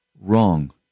Wrong